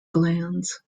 glands